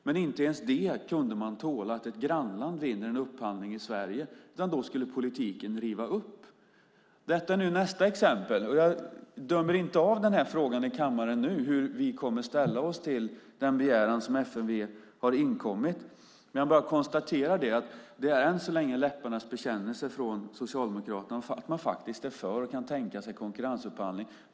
Men de kunde inte ens tåla att ett grannland vann en upphandling i Sverige, utan då skulle politikerna riva upp detta. Detta är nu nästa exempel. Jag dömer inte av denna fråga i kammaren nu när det gäller hur vi kommer att ställa oss till den begäran som FMV har inkommit med. Men jag konstaterar bara att det än så länge är läpparnas bekännelse från Socialdemokraterna att de faktiskt är för och kan tänka sig konkurrensupphandling.